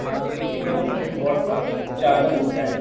हाँ sixty seven watt का charger मिलता है